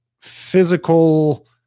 physical